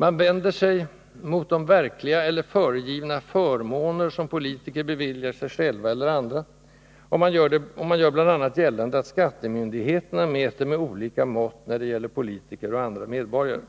Man vänder sig mot de verkliga eller föregivna ”förmåner” som politiker beviljar sig själva eller varandra, och man gör bl.a. gällande att skattemyndigheterna mäter med olika mått, när det gäller politiker och andra medborgare.